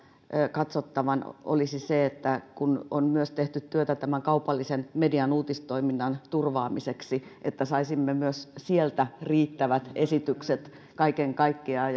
katsottavan olisi se että kun on myös tehty työtä kaupallisen median uutistoiminnan turvaamiseksi niin saisimme myös sieltä riittävät esitykset kaiken kaikkiaan